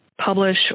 publish